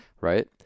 Right